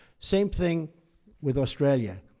same thing with australia.